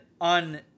on